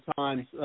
times